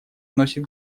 носит